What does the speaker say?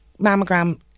mammogram